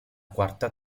quarta